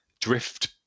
drift